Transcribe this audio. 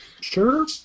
Sure